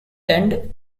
tend